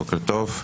בוקר טוב.